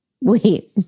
wait